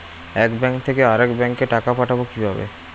এক ব্যাংক থেকে আরেক ব্যাংকে টাকা পাঠাবো কিভাবে?